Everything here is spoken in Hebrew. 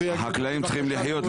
ויגידו --- החקלאים צריכים לחיות,